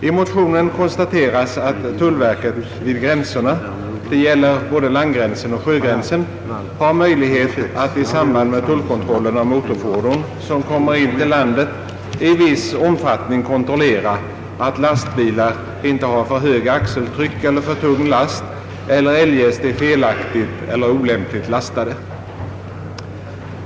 I motionerna konstateras att tullverket vid gränserna — det gäller både landgränsen och sjögränsen — har möjlighet att i samband med tullkontrollen av motorfordon som kommer in till landet i viss omfattning kontrollera att lastbilar inte har för höga axeltryck eller för tung last eller eljest är felaktigt eller olämpligt lastade.